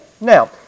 Now